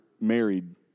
married